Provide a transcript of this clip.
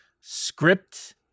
script